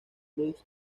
rose